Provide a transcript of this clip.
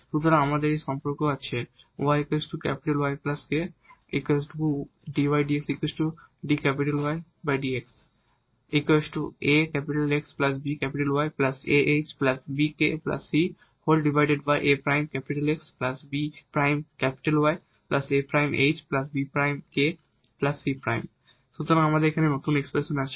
সুতরাং আমাদের এই সম্পর্ক আছে সুতরাং এখানে নতুন এক্সপ্রেশন আছে